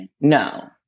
No